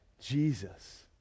Jesus